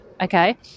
okay